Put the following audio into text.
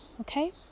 okay